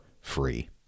free